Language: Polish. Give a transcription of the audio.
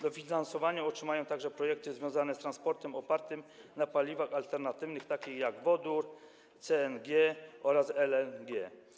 Dofinansowanie otrzymają także projekty związane z transportem opartym na paliwach alternatywnych, takich jak wodór, CNG oraz LNG.